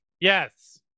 Yes